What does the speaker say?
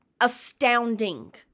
astounding